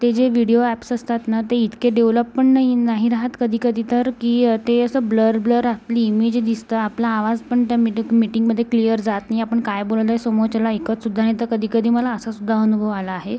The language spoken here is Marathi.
ते जे व्हिडीओ ॲप्स असतात ना ते इतके डेवलप पण नाही नाही राहत कधी कधी तर की ते असं ब्लर ब्लर आपली इमेज दिसतं आपला आवाज पण त्या मिटग मिटींगमध्ये क्लिअर जात नाही आपण काय बोललोय समोरच्याला ऐकतसुद्धा नाही तर कधी कधी मला असासुद्धा अनुभव आला आहे